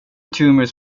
tumors